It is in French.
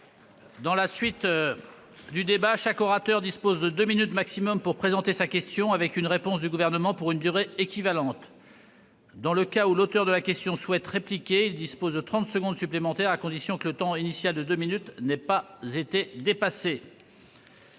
Je rappelle que chaque orateur dispose de deux minutes au maximum pour présenter sa question, suivie d'une réponse du Gouvernement pour une durée équivalente. Dans le cas où l'auteur de la question souhaite répliquer, il dispose de trente secondes supplémentaires, à la condition que le temps initial de deux minutes n'ait pas été dépassé.